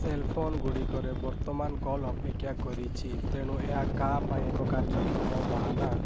cell phone ଗୁଡ଼ିକରେ ବର୍ତ୍ତମାନ call ଅପେକ୍ଷା କରିଛି ତେଣୁ ଏହା କାହା ପାଇଁ ଏକ କାର୍ଯ୍ୟକ୍ଷମ ବାହାନା